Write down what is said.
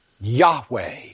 Yahweh